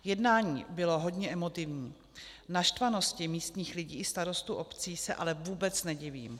Jednání bylo hodně emotivní, naštvanosti místních lidí i starostů obcí se ale vůbec nedivím.